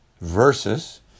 Versus